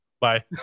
bye